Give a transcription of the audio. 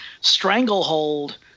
Stranglehold